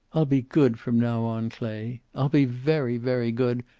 i'll be good from now on, clay. i'll be very, very good.